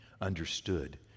Understood